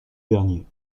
derniers